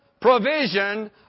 provision